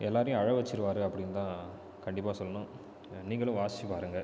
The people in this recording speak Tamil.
எல்லாேரையும் அழ வச்சுடுவாரு அப்படின்னு தான் கண்டிப்பாக சொல்லணும் நீங்களும் வாசித்து பாருங்கள்